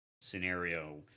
scenario